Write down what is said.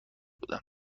بودم